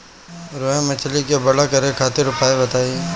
रोहु मछली के बड़ा करे खातिर उपाय बताईं?